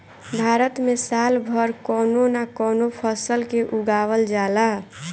भारत में साल भर कवनो न कवनो फसल के उगावल जाला